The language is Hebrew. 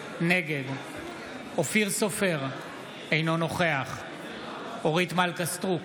נגד אופיר סופר, אינו נוכח אורית מלכה סטרוק,